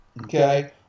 Okay